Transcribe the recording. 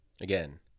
Again